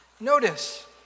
Notice